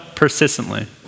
persistently